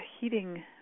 heating